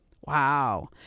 Wow